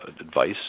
advice